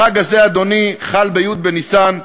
החג הזה, אדוני, חל בי' בניסן.